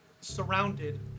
surrounded